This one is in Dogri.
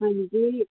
हां जी